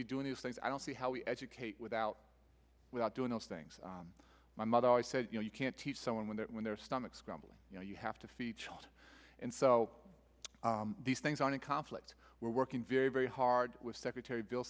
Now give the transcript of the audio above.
be doing these things i don't see how we educate without without doing those things my mother always said you know you can't teach someone when they're in their stomachs grumbling you know you have to feed child and so these things are in conflict we're working very very hard with secretary bill